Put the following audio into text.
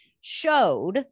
showed